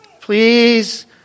Please